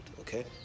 okay